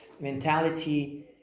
mentality